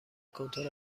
کنترل